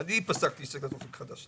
אני פסקתי שיקבלו את "אופק חדש".